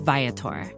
Viator